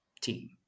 team